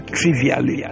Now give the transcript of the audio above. trivially